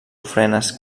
ofrenes